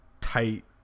tight